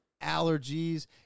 allergies